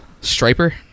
Striper